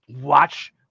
watch